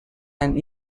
and